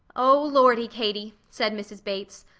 oh, lordy, katie! said mrs. bates.